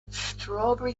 strawberry